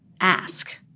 ask